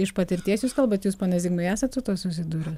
iš patirties jūs kalbat jūs pone zigmai esat su tuo susidūręs